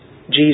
Jesus